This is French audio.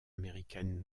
américaine